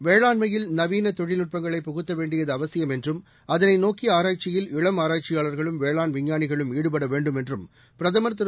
வேளாண்மையில் நவீன தொழில்நுட்பங்களை புகுத்த வேண்டியது அவசியம் என்றும் அதளை நோக்கிய ஆராய்ச்சியில் இளம் ஆராய்ச்சியாளர்களும் வேளாண் விஞ்ஞானிகளும் ஈடுபட வேண்டும் என்று பிரதமர் திரு